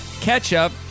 ketchup